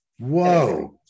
Whoa